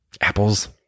apples